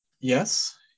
Yes